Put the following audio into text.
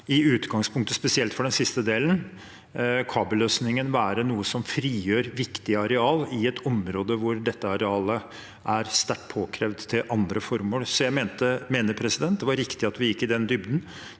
i utgangspunktet spesielt for den siste delen – lar kabelløsningen være noe som frigjør viktig areal i et område hvor dette arealet er sterkt påkrevd til andre formål. Jeg mener det var riktig at vi gikk i dybden.